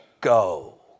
go